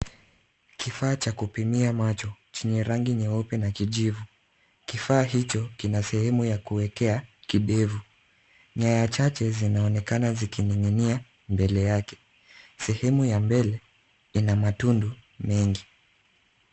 Kifaa cha kupimia macho chenye rangi nyeupe na kijivu. Kifaa hicho kina sehemu ya kuwekea kidevu, nyaya chache zinaonekana zikininginia mbele yake. Sehemu ya mbele ina matundu mengi.